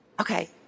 Okay